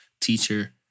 teacher